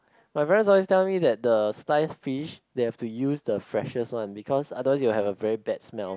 my parents always tell me that the sliced fish they have to use the freshest one be because otherwise you have a very bad smell